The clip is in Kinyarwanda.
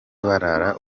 barara